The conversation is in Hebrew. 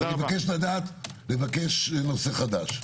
אני מבקש נושא חדש.